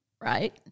right